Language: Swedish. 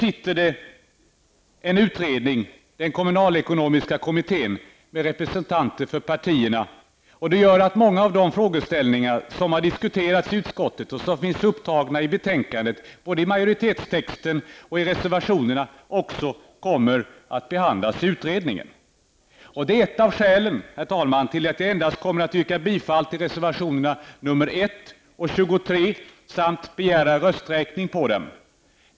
I den kommunalekonomiska kommittén sitter representanter för partierna. Det medför att många av frågeställningar som har diskuterats i utskottet och som också finns upptagna i betänkandet, både i majoritetstexten och reservationerna, också kommer att behandlas i utredningen. Herr talman! Det är ett av skälen till att jag endast yrkar bifall till reservationerna nr 1 och 23 samt begär rösträkning på dem.